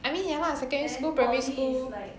I mean ya lah secondary school primary school